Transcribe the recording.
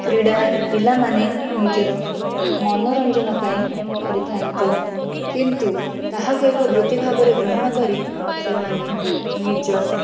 କ୍ରୀଡ଼ା ପିଲାମାନେ ନିଜର ମନୋରଞ୍ଜନ ପାଇଁ କରିଥାନ୍ତି କିନ୍ତୁ ତାହାକୁ ଏକ ବୃତ୍ତି ଭାବରେ ଗ୍ରହଣ କରି ସେମାନେ ନିଜ